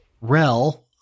REL